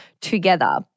together